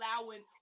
allowing